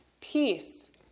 Peace